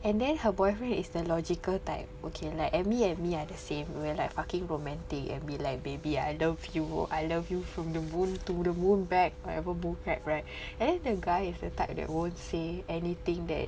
and then her boyfriend is the logical type okay like Amy and me are the same we're like fucking romantic and be like baby I love you I love you from the moon to the moon back whatever bull crap right and then the guy is the type that won't say anything that